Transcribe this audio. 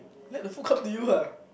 let the food come to you ah